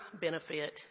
benefit